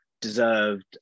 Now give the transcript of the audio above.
deserved